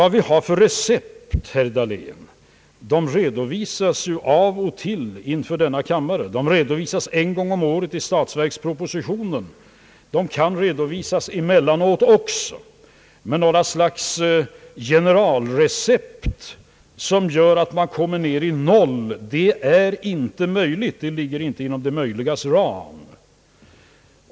De recept vi har, herr Dahlén, redovisas av och till för denna kammare, och de redovisas en gång om året i statsverkspropositionen. Men att utfärda något slags generalrecept, som gör att man kommer ner till nolläget, ligger inte inom det möjligas ram.